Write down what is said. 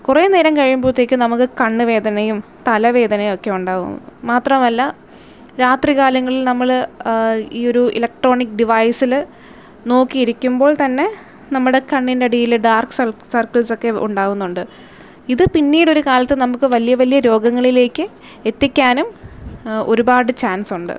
കുറേ നേരം കഴിയുമ്പോഴത്തേക്ക് നമുക്ക് കണ്ണുവേദനയും തലവേദനയും ഒക്കെ ഉണ്ടാവും മാത്രവുമല്ല രാത്രികാലങ്ങളിൽ നമ്മള് ഈയൊരു ഇലക്ട്രോണിക് ഡിവൈസില് നോക്കിയിരിക്കുമ്പോൾ തന്നെ നമ്മുടെ കണ്ണിൻ്റെ അടിയില് ഡാർക് സൾ സർക്കിൾസൊക്കെ ഉണ്ടാവുന്നുണ്ട് ഇത് പിന്നീടൊരു കാലത്ത് നമുക്ക് വലിയ വലിയ രോഗങ്ങളിലേക്ക് എത്തിക്കാനും ഒരുപാട് ചാൻസുണ്ട്